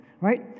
Right